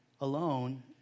alone